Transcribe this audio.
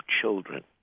children